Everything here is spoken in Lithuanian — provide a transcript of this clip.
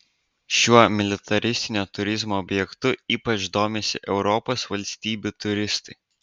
šiuo militaristinio turizmo objektu ypač domisi europos valstybių turistai